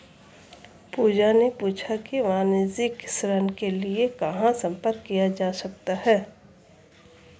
पूजा ने पूछा कि वाणिज्यिक ऋण के लिए कहाँ संपर्क किया जा सकता है?